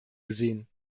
gesehen